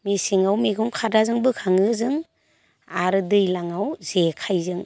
मेसेङाव मैगं खादाजों बोखाङो जों आरो दैज्लाङाव जेखाइजों